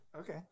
Okay